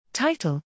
Title